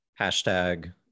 hashtag